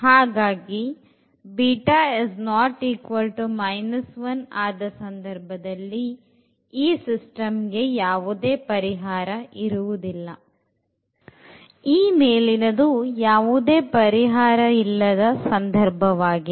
ಹಾಗಾಗಿ β≠ 1 ಆದ ಸಂದರ್ಭದಲ್ಲಿ ಈ ಸಿಸ್ಟಮ್ ಗೆ ಯಾವುದೇ ಪರಿಹಾರ ಇರುವುದಿಲ್ಲ ಈ ಮೇಲಿನದು ಯಾವುದೇ ಪರಿಹಾರ ಇಲ್ಲದ ಸಂದರ್ಭವಾಗಿದೆ